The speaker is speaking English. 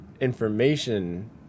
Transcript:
information